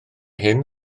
hyn